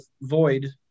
void